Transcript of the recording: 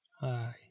Hi